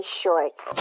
shorts